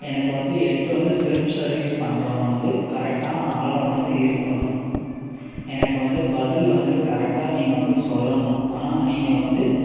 எனக்கு வந்து எடுத்துகிட்டு வந்து செஃல்ப் சர்வீஸ் பண்றவங்க வந்து கரெட்டான ஆளாக வந்து இருக்கணும் எனக்கு வந்து பதில் வந்து கரெட்டாக நீங்கள் வந்து சொல்லணும் ஆனால் நீங்கள் வந்து